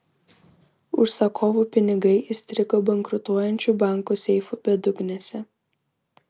užsakovų pinigai įstrigo bankrutuojančių bankų seifų bedugnėse